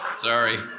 Sorry